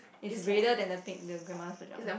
is redder than the pink the grandmother's pajamas